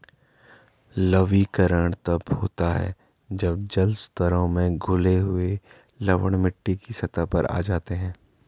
लवणीकरण तब होता है जब जल स्तरों में घुले हुए लवण मिट्टी की सतह पर आ जाते है